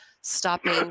stopping